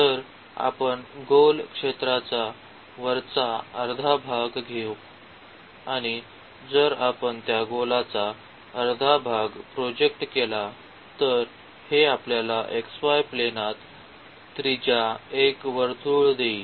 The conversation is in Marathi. तर आपण गोल क्षेत्राचा वरचा अर्धा भाग घेऊ आणि जर आपण त्या गोलाचा अर्धा भाग प्रोजेक्ट केला तर हे आम्हाला xy प्लेनात त्रिज्या एक वर्तुळ देईल